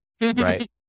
right